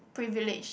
privilege